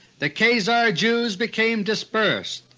the khazar jews became dispersed.